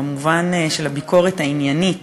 במובן של הביקורת העניינית